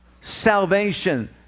Salvation